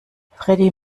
freddie